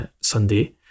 Sunday